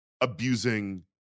abusing